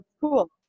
cool